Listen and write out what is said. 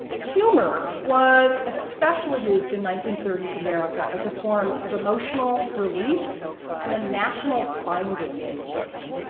humor was especially used in nineteen thirty s america as a form of emotional release and a national binding agent.